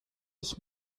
ich